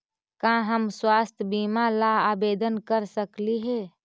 का हम स्वास्थ्य बीमा ला आवेदन कर सकली हे?